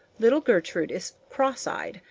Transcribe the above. little gertrude is cross-eyed,